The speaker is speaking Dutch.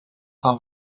van